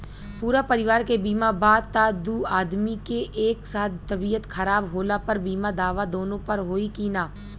पूरा परिवार के बीमा बा त दु आदमी के एक साथ तबीयत खराब होला पर बीमा दावा दोनों पर होई की न?